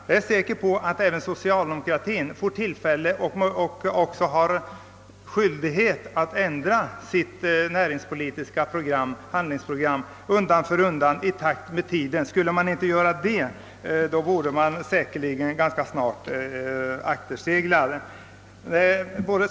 Jag är säker på att även socialdemokratin får tillfälle — och den har också skyldighet härtill — att undan för undan ändra sitt näringspolitiska handlingsprogram i takt med tidens krav. Skulle man inte göra det, vore man säkerligen ganska snart akterseglad.